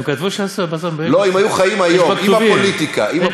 אם היו חיים היום, עם הפוליטיקה.